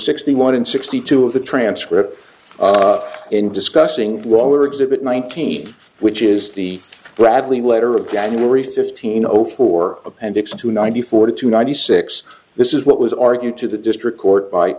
sixty one and sixty two of the transcript and discussing brawler exhibit nineteen which is the bradley letter of january fifteen zero four appendix two ninety four to ninety six this is what was argued to the district court b